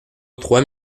trois